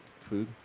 food